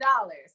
dollars